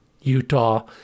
Utah